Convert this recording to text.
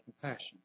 compassion